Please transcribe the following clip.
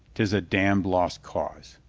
tis a damned lost cause.